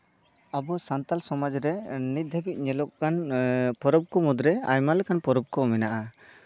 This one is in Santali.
ᱟᱵᱚ ᱥᱟᱱᱛᱟᱞ ᱥᱚᱢᱟᱡᱽ ᱨᱮ ᱱᱤᱛ ᱫᱷᱟᱹᱵᱤᱡ ᱧᱮᱞᱚᱜ ᱠᱟᱱ ᱯᱚᱨᱚᱵᱽ ᱠᱚ ᱢᱩᱫᱽᱨᱮ ᱟᱭᱢᱟ ᱞᱮᱠᱟᱱ ᱯᱚᱨᱚᱵᱽ ᱠᱚ ᱢᱮᱱᱟᱜᱼᱟ